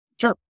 Sure